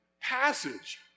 passage